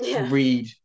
read